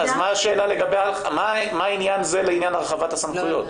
אז מה השאלה, מה עניין זה לעניין הרחבת הסמכויות?